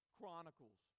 Chronicles